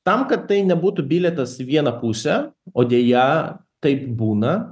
tam kad tai nebūtų bilietas į vieną pusę o deja taip būna